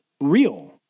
real